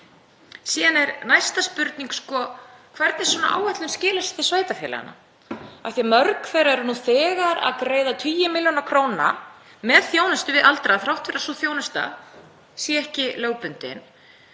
Síðan er næsta spurning hvernig svona áætlun skilar sér til sveitarfélaganna af því að mörg þeirra eru nú þegar að greiða tugi milljóna króna með þjónustu við aldraða þrátt fyrir að sú þjónusta sé ekki lögbundin.